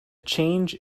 change